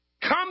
come